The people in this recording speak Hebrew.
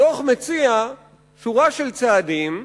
הדוח מציע שורה של צעדים,